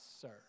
sir